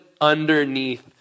underneath